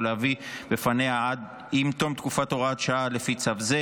ולהביא לפניה עם תום תקופת הוראת השעה לפי צו זה,